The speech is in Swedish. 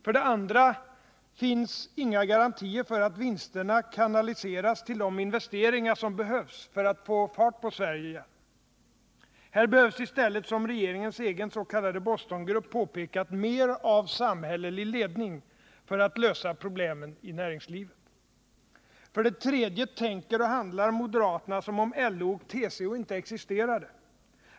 För det andra finns det inga garantier för att vinsterna kanaliseras till de investeringar som behövs för att vi skall få fart på Sverige igen. Här behövs i stället, som regeringens egen s.k. Bostongrupp påpekat, mer av samhällelig ledning, för att lösa problemen i näringslivet. För det tredje tänker och handlar moderaterna som om LO och TCO inte existerade.